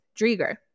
Drieger